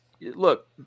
look